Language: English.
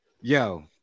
Yo